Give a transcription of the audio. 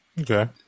Okay